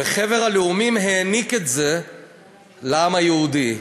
וחבר הלאומים העניק את זה לעם היהודי.